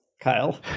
Kyle